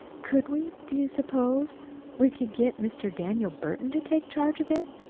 could we do you suppose we could get mr. daniel burton to take charge of it?